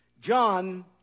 John